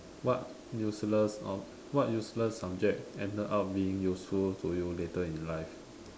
what useless ob~ what useless subject ended being useful to you later in life